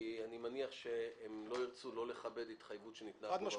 אני מניח שהם לא ירצו לא לכבד התחייבות שניתנה פה בוועדה.